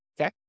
Okay